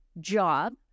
job